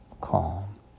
calm